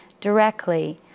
directly